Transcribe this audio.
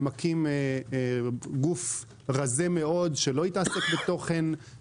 ומקים גוף רזה מאוד שלא יתעסק בתוכן,